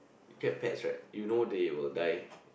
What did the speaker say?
cat pets right you know they will die